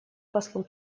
послу